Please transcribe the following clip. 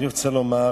אני רוצה לומר